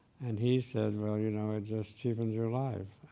and he said, well, you know it just cheapens your life.